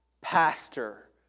pastor